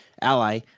ally